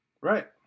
Right